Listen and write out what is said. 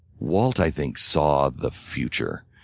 walt i think saw the future.